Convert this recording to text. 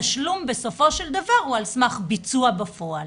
התשלום בסופו של דבר הוא על סמך ביצוע בפועל.